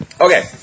Okay